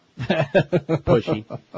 Pushy